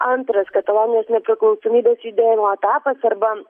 antras katalonijos nepriklausomybės judėjimo etapas arba